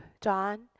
John